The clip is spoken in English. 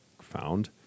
found